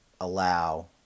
allow